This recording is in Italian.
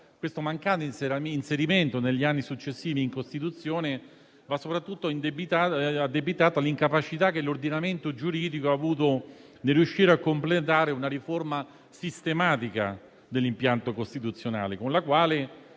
questo mancato inserimento negli anni successivi in Costituzione va addebitata soprattutto all'incapacità che l'ordinamento giuridico ha avuto nel riuscire a completare una riforma sistematica dell'impianto costituzionale, con la quale